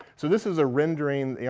so this is a rendering. you know,